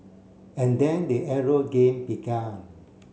and then the arrow game began